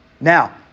Now